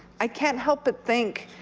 i can't help but think